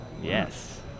Yes